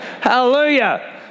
Hallelujah